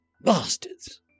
Bastards